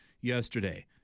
yesterday